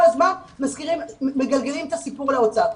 כל הזמן מגלגלים את הסיפור על האוצר.